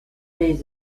days